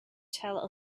tell